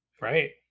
Right